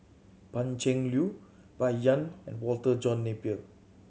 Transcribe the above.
Pan Cheng Lui Bai Yan and Walter John Napier